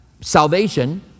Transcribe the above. salvation